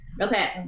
Okay